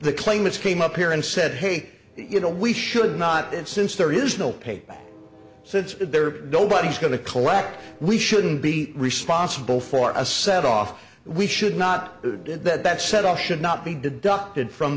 the claimants came up here and said hey you know we should not and since there is no paper since there nobody's going to collect we shouldn't be responsible for a set off we should not did that set up should not be deducted from